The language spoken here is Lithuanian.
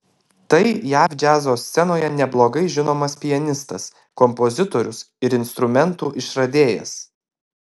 tai jav džiazo scenoje neblogai žinomas pianistas kompozitorius ir instrumentų išradėjas